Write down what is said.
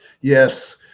Yes